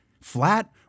flat